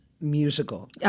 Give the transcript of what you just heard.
musical